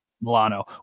Milano